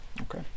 Okay